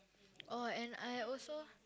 oh and I also